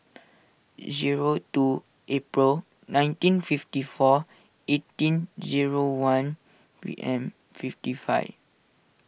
zero two April nineteen fifty four eighteen zero one P M fifty five